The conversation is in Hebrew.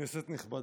כנסת נכבדה,